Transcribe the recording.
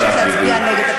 אני מבקשת להצביע נגד התקציב.